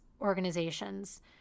organizations